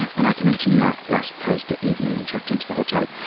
when i came in to new york last thursday evening and checked into the hotel,